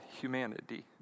humanity